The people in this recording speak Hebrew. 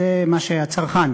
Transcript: זה מה שהצרכן,